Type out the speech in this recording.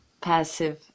passive